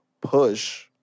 push